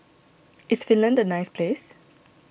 is Finland a nice place